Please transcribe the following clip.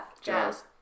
Jazz